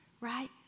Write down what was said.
right